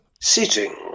sitting